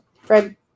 Fred